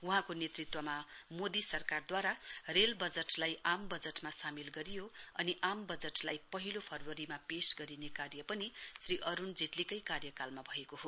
वहाँको नेतृत्वमा मोदी सरकारद्वारा रेल जटलाई आम बजटमा सामेल गरिएको अनि आम बजटलाई पहिलो फरवरीमा पेश गरिने कार्य पनि श्री अरूण जेट्लीकै कार्यकालमा भएको हो